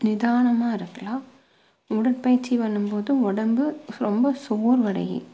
நிதானமாக இருக்கலாம் உடற்பயிற்சி பண்ணும்போது உடம்பு ரொம்ப சோர்வடையும்